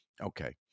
Okay